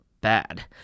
bad